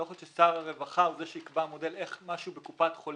לא יכול להיות ששר הרווחה הוא זה שיקבע משהו בקופת החולים,